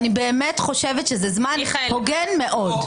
אני באמת חושבת שזה זמן הוגן מאוד.